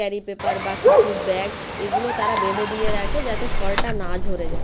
carry paper বা কিছু bag এগুলো তারা বেঁধে দিয়ে রাখে যাতে ফলটা না ঝরে যায়